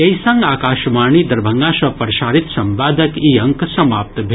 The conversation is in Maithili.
एहि संग आकाशवाणी दरभंगा सँ प्रसारित संवादक ई अंक समाप्त भेल